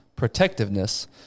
Protectiveness